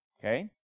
okay